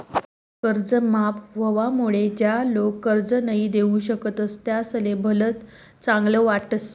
कर्ज माफ व्हवामुळे ज्या लोक कर्ज नई दिऊ शकतस त्यासले भलत चांगल वाटस